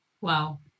wow